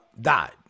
died